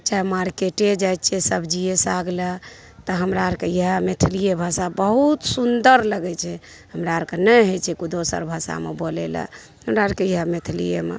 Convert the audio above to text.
चाहे मार्केटो जाइत छियै सब्जिए साग लै तऽ हमरा आरके इएह मैथलिए भाषा बहुत सुंदर लगैत छै हमरा आरके नहि होइ छै कोइ दोसर भाषा बोलय लऽ हमरा आरके इएह मैथलिएमे